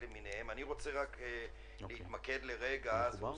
אני רק אומר לחברי הכנסת שיושבים פה בוועדה